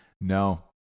No